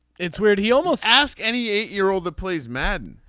it's weird he almost ask any eight year old that plays madden.